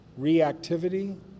reactivity